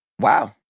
Wow